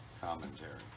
Commentary